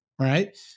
Right